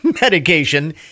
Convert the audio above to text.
medication